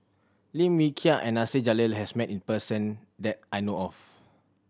Lim Wee Kiak and Nasir Jalil has met this person that I know of